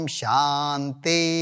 shanti